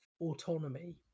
autonomy